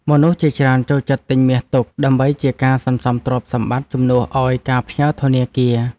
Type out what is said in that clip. មនុស្សជាច្រើនចូលចិត្តទិញមាសទុក ដើម្បីជាការសន្សំទ្រព្យសម្បត្តិជំនួសឱ្យការផ្ញើធនាគារ។